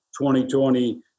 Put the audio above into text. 2020